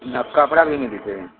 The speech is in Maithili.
इहाँ कपड़ा भी मिलैत हइ